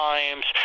Times